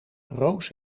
roos